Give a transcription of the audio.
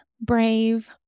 brave